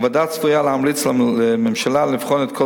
הוועדה צפויה להמליץ לממשלה לבחון את כל